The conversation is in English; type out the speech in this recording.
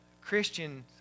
Christian's